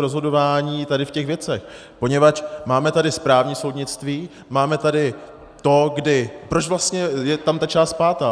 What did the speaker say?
rozhodování v těchto věcech, poněvadž máme tady správní soudnictví, máme tady to, kdy proč vlastně je tam ta část pátá?